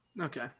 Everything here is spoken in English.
Okay